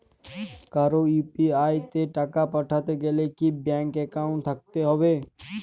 কারো ইউ.পি.আই তে টাকা পাঠাতে গেলে কি ব্যাংক একাউন্ট থাকতেই হবে?